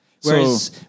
Whereas